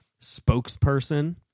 spokesperson